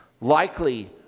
likely